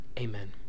Amen